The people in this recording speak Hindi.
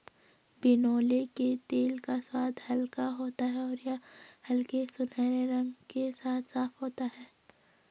बिनौले के तेल का स्वाद हल्का होता है और यह हल्के सुनहरे रंग के साथ साफ होता है